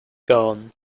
gone